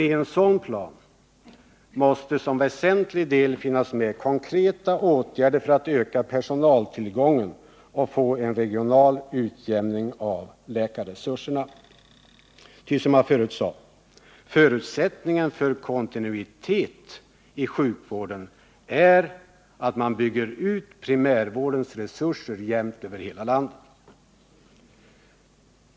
I en sådan plan måste som väsentlig del finnas med konkreta åtgärder för att man skall kunna öka personaltillgången och få en regional utjämning av läkarresurserna. Som jag förut sade är nämligen förutsättningen för kontinuitet i sjukvården att man bygger ut primärvårdens resurser jämnt över hela landet.